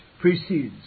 precedes